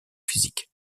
physique